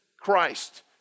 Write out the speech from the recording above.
Christ